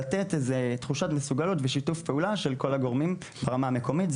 לתת איזו תחושת מסוגלות ושיתוף פעולה של כל הגורמים ברמה המקומית.